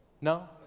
No